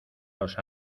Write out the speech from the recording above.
los